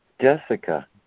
Jessica